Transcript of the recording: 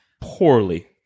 poorly